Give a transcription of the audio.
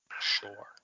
sure